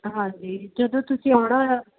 ਹਾਂਜੀ ਜਦੋਂ ਤੁਸੀਂ ਆਉਣਾ ਹੋਇਆ